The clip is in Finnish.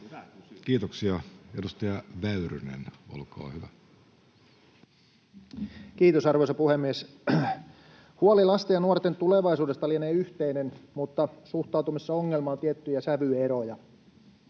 Kiitoksia. — Edustaja Väyrynen, olkaa hyvä. Kiitos, arvoisa puhemies! Huoli lasten ja nuorten tulevaisuudesta lienee yhteinen, mutta suhtautumisessa ongelmaan on tiettyjä sävyeroja.